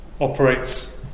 operates